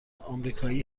آمریکایی